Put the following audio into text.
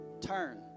turn